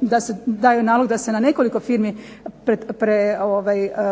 da daju nalog da se na nekoliko firmi